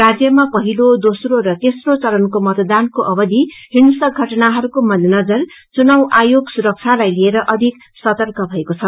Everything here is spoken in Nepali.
राज्यमा पहिलो दोस्रो र तेस्रो चरणको मतदानको अवधि हिंसक घटनाहरूको मध्यनजर चुनाव आयोग सुरक्षालाई लिएर अधिक सर्तक भएको छ